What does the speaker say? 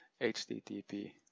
HTTP